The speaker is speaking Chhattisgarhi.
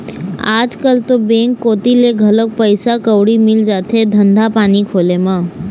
आजकल तो बेंक कोती ले घलोक पइसा कउड़ी मिल जाथे धंधा पानी खोले म